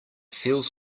feels